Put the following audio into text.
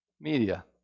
media